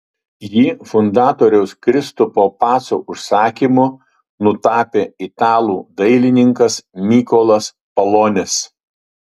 jį fundatoriaus kristupo paco užsakymu nutapė italų dailininkas mykolas palonis